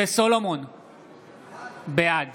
בעד